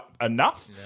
enough